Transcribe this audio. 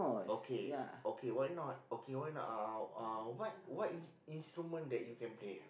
okay okay why not okay why not uh uh what what in instrument that you can play